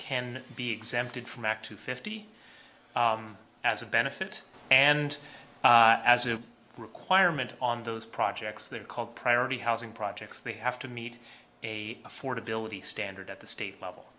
can be exempted from back to fifty as a benefit and as a requirement on those projects they're called priority housing projects they have to meet a affordability standard at the state level